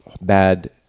bad